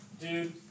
dude